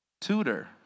tutor